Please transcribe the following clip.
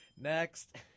Next